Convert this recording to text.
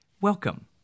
Welcome